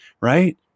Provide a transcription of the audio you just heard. right